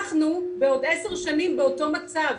אנחנו בעוד עשר שנים באותו מצב,